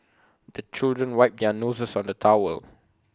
the children wipe their noses on the towel